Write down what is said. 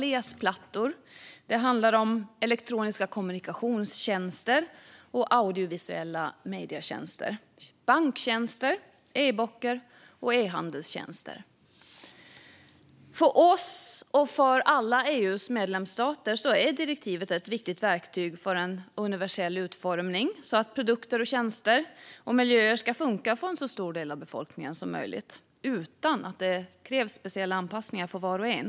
Det handlar också om läsplattor, elektroniska kommunikationstjänster, audiovisuella medietjänster, banktjänster, e-böcker och ehandelstjänster. För oss, och för alla EU:s medlemsstater, är direktivet ett viktigt verktyg för en universell utformning, så att produkter, tjänster och miljöer ska funka för en så stor del av befolkningen som möjligt utan att det krävs speciell anpassning för var och en.